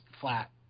flat